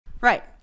right